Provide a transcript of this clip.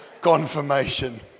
confirmation